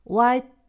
White